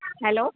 hello